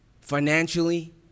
financially